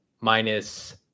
minus